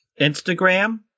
Instagram